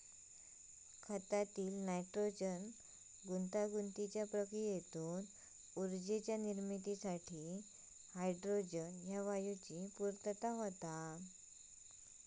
खतातील नायट्रोजन गुंतागुंतीच्या प्रक्रियेतून ऊर्जेच्या निर्मितीसाठी हायड्रोजन ह्या वायूची पूर्तता होता